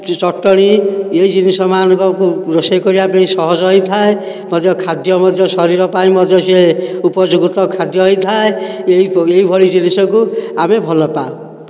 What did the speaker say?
ଚଟଣି ଏ ଜିନିଷ ମାନଙ୍କୁ ରୋଷେଇ କରିବା ବେଶ ସହଜ ହୋଇଥାଏ ମଧ୍ୟ ଖାଦ୍ୟ ମଧ୍ୟ ଶରୀର ପାଇଁ ମଧ୍ୟ ସେ ଉପଯୋଗିତ ଖାଦ୍ୟ ହୋଇଥାଏ ଏହି ଏହିଭଳି ଜିନିଷକୁ ଆମେ ଭଲ ପାଉ